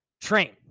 train